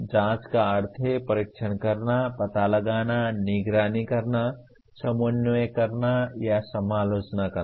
जाँच का अर्थ है परीक्षण करना पता लगाना निगरानी करना समन्वय करना या समालोचना करना